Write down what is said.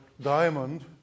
diamond